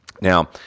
Now